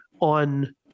on